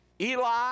Eli